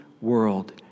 world